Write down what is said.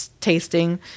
tasting